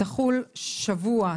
תחול שבוע,